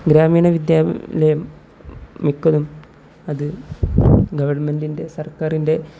ഗ്രാമീണ വിദ്യാലയം മിക്കതും അത് ഗവണ്മെൻ്റിൻ്റെ സർക്കാരിൻ്റെ